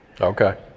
Okay